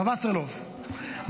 הרב וסרלאוף,